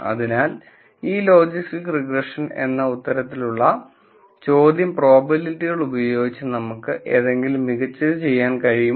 അതിനാൽ ഈ logistic regression എന്ന ഇത്തരത്തിലുള്ള ചോദ്യം പ്രോബബിലിറ്റികൾ ഉപയോഗിച്ച് നമുക്ക് എന്തെങ്കിലും മികച്ചത് ചെയ്യാൻ കഴിയുമോ